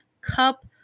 Cup